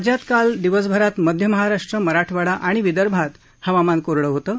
राज्यात काल दिवसभरात मध्य महाराष्ट्र मराठवाडा आणि विदर्भात हवामान कोरडं होतं